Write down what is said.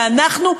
ואנחנו,